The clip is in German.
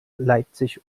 leipzig